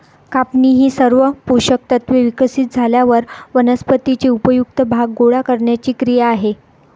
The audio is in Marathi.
कापणी ही सर्व पोषक तत्त्वे विकसित झाल्यावर वनस्पतीचे उपयुक्त भाग गोळा करण्याची क्रिया आहे